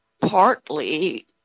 partly